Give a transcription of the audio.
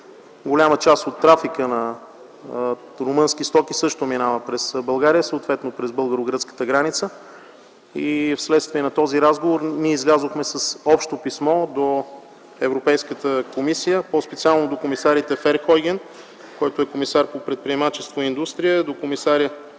голяма част от трафика на румънски стоки също минава през България, съответно през българо гръцката граница. След разговора излязохме с общо писмо до Европейската комисия, по специално до комисарите Ферхойген – комисар по предприемачество и индустрия, Макрийви